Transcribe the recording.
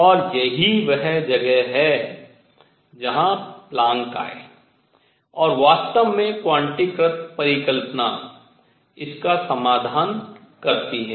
और यही वह जगह है जहां प्लैंक आये और वास्तव में क्वांटीकृत परिकल्पना इसका समाधान हल करती है